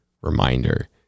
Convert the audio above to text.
reminder